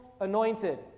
anointed